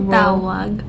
tawag